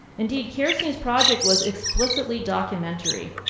indeed, kirstein's project was explicitly documentary.